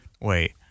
Wait